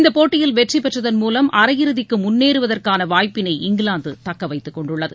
இந்தப் போட்டியில் வெற்றி பெற்றதன் மூலம் அரையிறுதிக்கு முன்னேறுவதற்கான வாய்ப்பினை இங்கிலாந்து தக்க வைத்துக் கொண்டுள்ளது